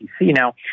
Now